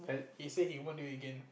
he say he wouldn't do it again